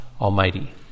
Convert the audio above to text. Almighty